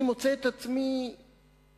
אני מוצא את עצמי תוהה,